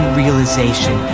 realization